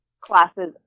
classes